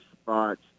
spots